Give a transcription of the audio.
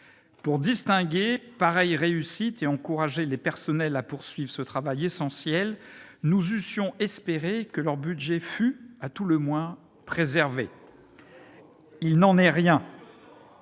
Pour distinguer pareille réussite et encourager les personnels à poursuivre ce travail essentiel, nous eussions espéré que leur budget fût, à tout le moins, préservé. Il n'en est rien